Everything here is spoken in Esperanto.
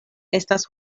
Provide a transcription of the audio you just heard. estas